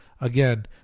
again